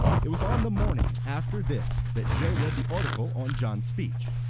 it was on the morning after this that joe read the article on john's speech,